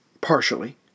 partially